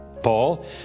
Paul